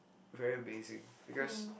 very amazing because